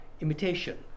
imitation